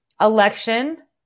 election